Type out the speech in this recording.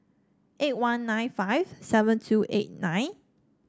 eight one nine five seven two eight nine